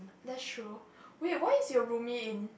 that's true wait why is your roomie in